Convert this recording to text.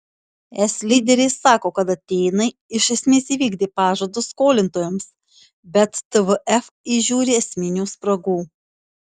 es lyderiai sako kad atėnai iš esmės įvykdė pažadus skolintojams bet tvf įžiūri esminių spragų